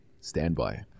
Standby